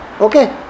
Okay